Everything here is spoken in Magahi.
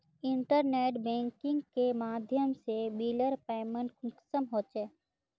इंटरनेट बैंकिंग के माध्यम से बिलेर पेमेंट कुंसम होचे?